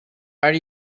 are